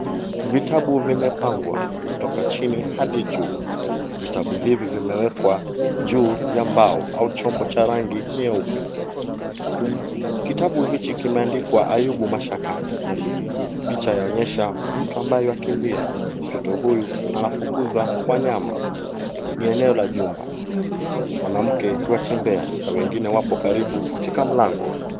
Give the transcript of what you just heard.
Vitabu vimepangwa kutoka chini hadi juu. Vitabu hivi vimewekwa juu ya mbao au chombo cha rangi nyeupe. Kitabu hiki kimeandikwa Ayubu Mashakani. Picha yaonyesha mtu ambaye yuakimbia. Mtoto huyu anafukuza wanyama. Ni eneo la jumba, mwanamke yuatembea na wengine wapo karibu katika mlango.